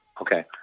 Okay